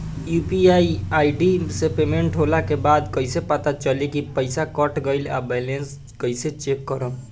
UPI ID से payment होला के बाद कइसे पता चली की पईसा कट गएल आ बैलेंस कइसे चेक करम?